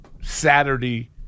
Saturday